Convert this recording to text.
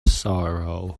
sorrow